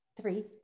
three